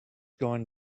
going